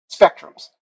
spectrums